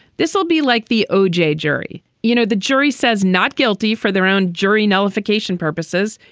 this will be like the o j. jury. you know, the jury says not guilty for their own jury nullification purposes.